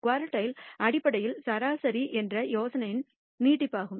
குர்டில் அடிப்படையில் சராசரி என்ற யோசனையின் நீட்டிப்பாகும்